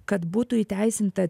kad būtų įteisinta